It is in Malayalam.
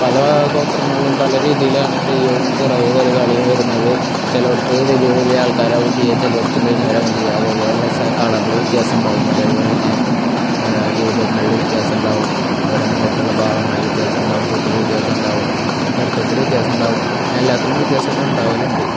പല ഗോത്രങ്ങളിലും പല രീതിയിലാണ് തെയ്യവും തിറയും കരിങ്കാളിയും വരുന്നത് ചില ഇടത്ത് വലിയ വലിയ ആൾക്കാരാവും ചെയ്യുക ചില ഇടത്ത് മെലിഞ്ഞവർ ആവും ചെയ്യുക അതേപോലെ തന്നെ സ കളറിൽ വ്യത്യാസം ഉണ്ടാവും അതുപോലെ തന്നെ രൂപങ്ങളിൽ വ്യത്യാസം ഉണ്ടാവും അവരുടെ മുഖത്തുള്ള ഭാവങ്ങളിൽ വ്യത്യാസം ഉണ്ടാവും കൊട്ടിൽ വ്യത്യാസം ഉണ്ടാവും നൃത്തത്തിൽ വ്യത്യാസം ഉണ്ടാവും അങ്ങനെ എല്ലാത്തിലും വ്യത്യാസം ഉണ്ടാവലുണ്ട്